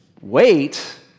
wait